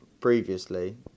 previously